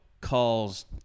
calls